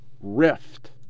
rift